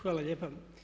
Hvala lijepa.